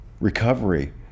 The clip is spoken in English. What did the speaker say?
recovery